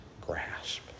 grasp